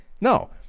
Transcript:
No